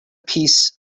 piece